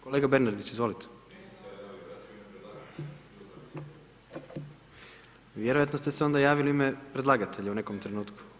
Kolega Bernardić, izvolite. ... [[Upadica se ne čuje.]] Vjerojatno ste se onda javili u ime predlagatelja u nekom trenutku.